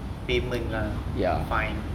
payment lah fine